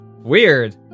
Weird